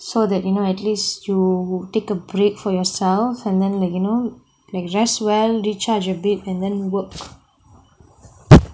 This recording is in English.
so that you know at least you take a break for yourself and then like you know like rest well recharge a bit and then work